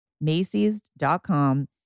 Macy's.com